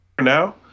now